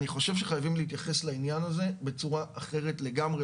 אני חושב שחייבים להתייחס לעניין הזה בצורה אחרת לגמרי,